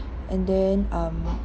and then um